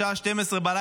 השעה 00:00,